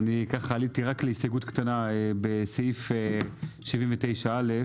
עליתי רק להסתייגות קטנה בסעיף 79א,